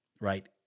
right